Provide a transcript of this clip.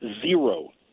zero